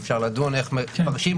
אפשר לדון איך מפרשים,